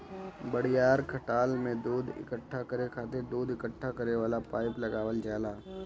बड़ियार खटाल में दूध इकट्ठा करे खातिर दूध इकट्ठा करे वाला पाइप लगावल जाला